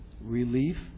relief